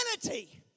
humanity